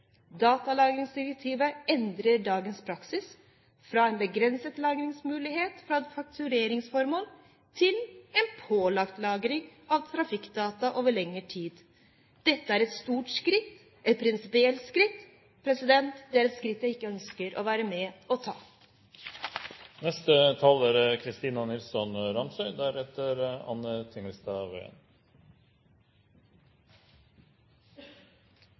Datalagringsdirektivet endrer dagens praksis, fra en begrenset lagringsmulighet for faktureringsformål til en pålagt lagring av trafikkdata over lengre tid. Dette er et stort skritt, et prinsipielt skritt. Det er et skritt jeg ikke ønsker å være med og ta. Et demokrati kjennetegnes bl.a. av at borgerne kontrollerer staten, og ikke omvendt. Det er